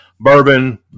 bourbon